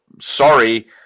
sorry